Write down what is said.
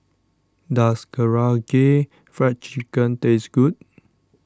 does Karaage Fried Chicken taste good